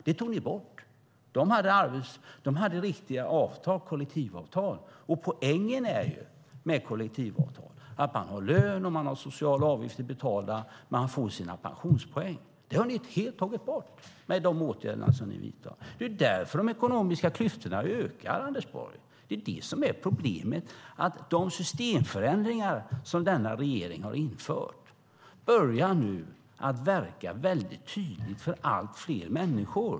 Det tog ni bort! De hade riktiga kollektivavtal. Poängen med kollektivavtal är att man har lön och sociala avgifter betalda och får sina pensionspoäng. Det har ni helt tagit bort med de åtgärder som ni har vidtagit. Det är därför de ekonomiska klyftorna ökar, Anders Borg. Det är det som är problemet. De systemförändringar som denna regering har infört börjar nu verka mycket tydligt för allt fler människor.